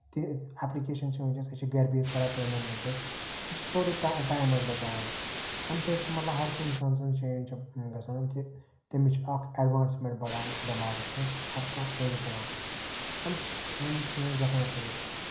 تیٖژ یۄس اٮ۪پلِکیشَن چھِ ونکیٚس سۄ چھےٚ گرِ بِہِتھ کران پیمینٹ ونکیٚس یہِ چھِ سورُے ٹایم اَسہِ بَچاوان اَمہِ سۭتۍ چھِ مطلب ہَر کیٚنہہ اِنسان سنٛز چینج چھےٚ گژھان کہِ تٔمِچ چھِ اکھ اٮ۪ڈوانٔسمینٹ بَڑان دٮ۪ماغَ منٛز سُہ چھُ ہَر کانہہ فٲیدٕ تُلان اَمہِ سۭتۍ یِم چیٖز گژھان فٲیدٕ